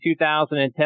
2010